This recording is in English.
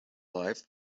life